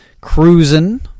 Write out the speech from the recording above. Cruisin